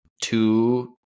two